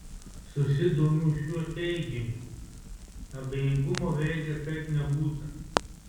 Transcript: susidomiu šiuo teiginiu abejingumo veide kaip nebūta